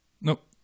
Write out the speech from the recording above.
Nope